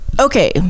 Okay